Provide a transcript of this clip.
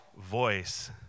voice